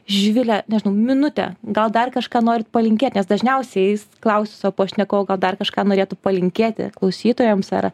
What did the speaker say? živile nežinau minutė gal dar kažką norit palinkėti nes dažniausiais klausiu savo pašnekovų gal dar kažką norėtų palinkėti klausytojams ar